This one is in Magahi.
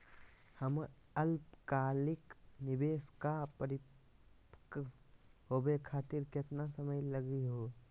हमर अल्पकालिक निवेस क परिपक्व होवे खातिर केतना समय लगही हो?